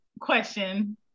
question